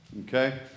Okay